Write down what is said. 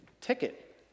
ticket